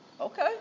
Okay